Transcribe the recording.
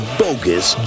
bogus